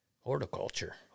Horticulture